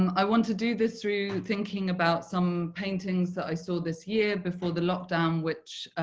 um i want to do this through thinking about some paintings that i saw this year before the lockdown which